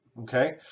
okay